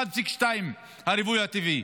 1.2 הריבוי הטבעי,